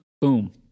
boom